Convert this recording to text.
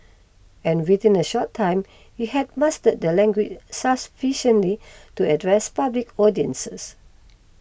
and within a short time he had mastered the language sufficiently to address public audiences